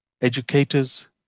educators